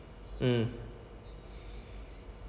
mm